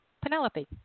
Penelope